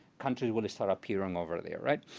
countries will start appearing over there, right?